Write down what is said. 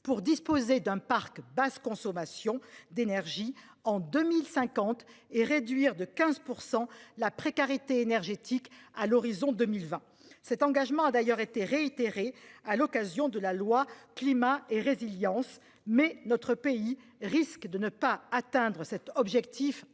pour disposer d'un parc basse consommation d'énergie en 2050 et réduire de 15% la précarité énergétique à l'horizon 2020. Cet engagement a d'ailleurs été réitérée à l'occasion de la loi climat et résilience, mais notre pays risque de ne pas atteindre cet objectif ambitieux.